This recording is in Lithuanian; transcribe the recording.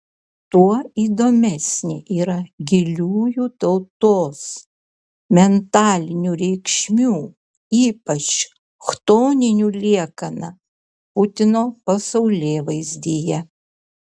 tuo įdomesnė yra giliųjų tautos mentalinių reikšmių ypač chtoninių liekana putino pasaulėvaizdyje